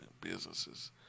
businesses